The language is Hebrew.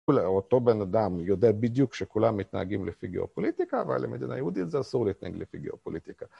אולי אותו בן אדם יודע בדיוק שכולם מתנהגים לפי גיאופוליטיקה, אבל למדינה יהודית זה אסור להתנהג לפי גיאופוליטיקה.